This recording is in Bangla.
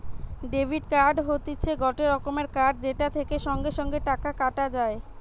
ডেবিট কার্ড হতিছে গটে রকমের কার্ড যেটা থেকে সঙ্গে সঙ্গে টাকা কাটা যায়